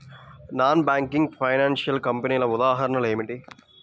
Non banking financial కంపెనీల ఉదాహరణలు ఏమిటి?